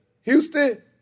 Houston